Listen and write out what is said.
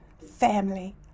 family